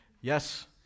yes